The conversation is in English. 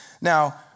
Now